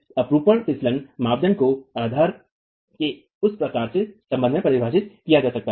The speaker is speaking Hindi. अपरूपण फिसलन मानदंड को आधार के उस प्रकार के संबंध में परिभाषित किया जा सकता है